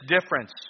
difference